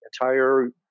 entire